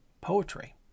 poetry